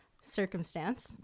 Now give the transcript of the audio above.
circumstance